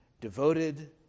devoted